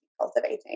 cultivating